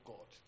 God